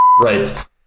right